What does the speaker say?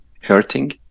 hurting